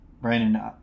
Brandon